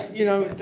you know.